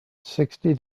sixty